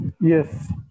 Yes